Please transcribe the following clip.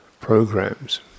programs